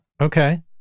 Okay